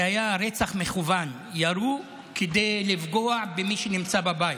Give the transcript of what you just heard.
זה היה רצח מכוון, ירו כדי לפגוע במי שנמצא בבית.